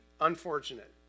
unfortunate